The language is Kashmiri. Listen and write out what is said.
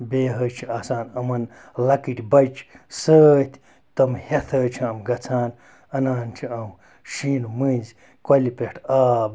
بیٚیہِ حظ چھِ آسان یِمَن لَکٕٹۍ بَچہِ سۭتۍ تٔم ہٮ۪تھ حظ چھِ یِم گَژھان اَنان چھِ یِم شیٖنہٕ مٔنٛزۍ کۄلہِ پٮ۪ٹھ آب